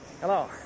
Hello